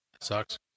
sucks